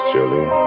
Julie